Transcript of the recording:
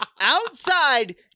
outside